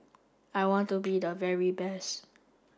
I want to be the very best